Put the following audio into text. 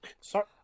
Sorry